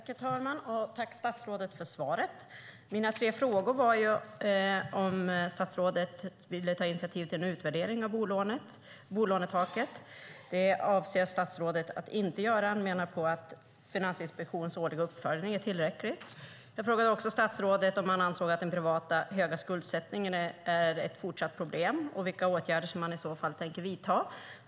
Herr talman! Tack, statsrådet, för svaret! Jag ställde tre frågor. Jag undrade om statsrådet ville ta initiativ till en utvärdering av bolånetaket. Det avser statsrådet inte att göra. Han menar att Finansinspektionens årliga uppföljning är tillräcklig. Jag frågade statsrådet om han ansåg att den privata höga skuldsättningen är ett fortsatt problem och vilka åtgärder som han i så fall tänker vidta.